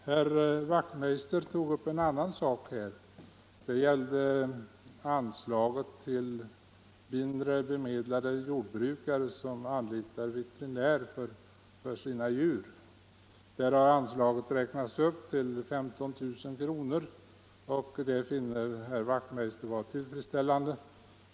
Herr Wachtmeister i Johannishus tog upp frågan om statsbidrag till mindre bemedlade jordbrukare som anlitar veterinär för sina djur. Inkomstgränsen för rätt till detta stöd har i propositionen justerats upp till 15 000 kr., och det finner herr Wachtmeister vara tillfredsställande.